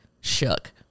Shook